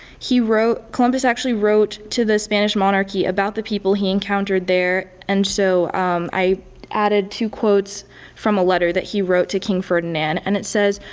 he wrote columbus actually wrote to the spanish monarchy about the people he encountered there. and so i added two quotes from a letter that he wrote to king ferdinand, and it says,